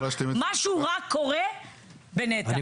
משהו רע קורה בנת"ע.